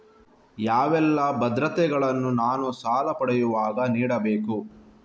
ಯಾವೆಲ್ಲ ಭದ್ರತೆಗಳನ್ನು ನಾನು ಸಾಲ ಪಡೆಯುವಾಗ ನೀಡಬೇಕು?